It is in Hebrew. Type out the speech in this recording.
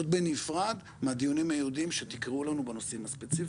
זאת בנפרד מהדיונים הייעודיים שתקראו לנו בנושאים הספציפיים.